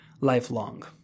lifelong